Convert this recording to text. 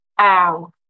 ow